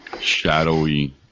shadowy